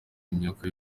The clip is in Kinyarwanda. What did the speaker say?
imyuka